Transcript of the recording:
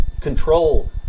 control